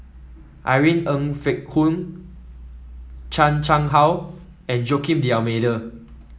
Irene Ng Phek Hoong Chan Chang How and Joaquim D'Almeida